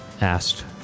asked